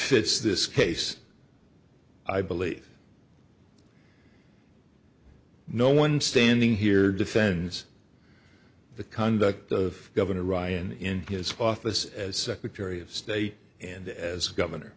fits this case i believe no one standing here defends the conduct of governor ryan in his office as secretary of state and as governor